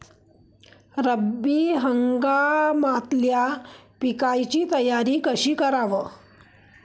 रब्बी हंगामातल्या पिकाइची तयारी कशी कराव?